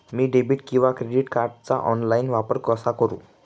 मी debit किंवा credit कार्डचा online वापर कसा करु?